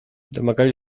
domagali